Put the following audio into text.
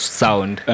sound